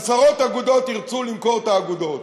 עשרות אגודות ירצו למכור את האגודות.